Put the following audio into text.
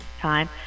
time